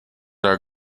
are